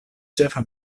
ĉefa